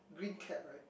green cap [right]